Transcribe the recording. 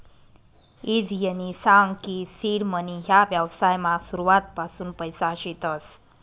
ईजयनी सांग की सीड मनी ह्या व्यवसायमा सुरुवातपासून पैसा शेतस